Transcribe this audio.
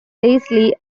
leslie